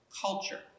culture